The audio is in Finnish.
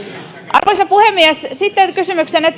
arvoisa puhemies sitten kysymyksenne